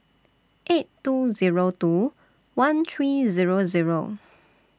eight two Zero two one three Zero Zero